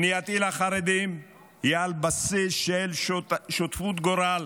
פנייתי לחרדים היא על בסיס של שותפות גורל